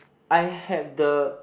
I have the